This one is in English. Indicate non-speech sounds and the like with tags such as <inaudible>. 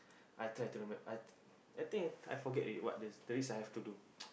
I try to remember I I think I forget already what the the risk I have to do <noise>